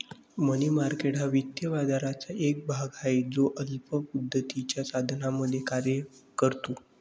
मनी market हा वित्तीय बाजाराचा एक भाग आहे जो अल्प मुदतीच्या साधनांमध्ये कार्य करतो